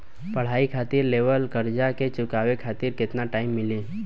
पढ़ाई खातिर लेवल कर्जा के चुकावे खातिर केतना टाइम मिली?